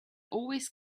always